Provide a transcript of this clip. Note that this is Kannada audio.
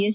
ಎಸ್